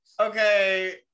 okay